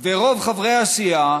ורוב חברי הסיעה